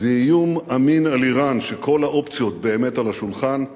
ואיום אמין על אירן כשכל האופציות באמת על השולחן,